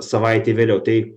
savaitei vėliau tai